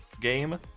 game